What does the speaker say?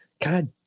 God